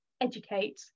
educate